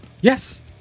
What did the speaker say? Yes